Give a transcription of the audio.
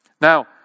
Now